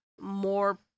more